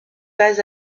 pas